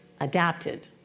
Adapted